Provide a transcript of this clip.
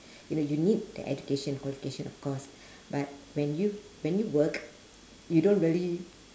you know you need the education qualification of course but when you when you work you don't really